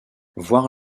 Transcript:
voir